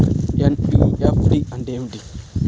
NEFT అంటే ఏమిటి?